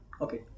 Okay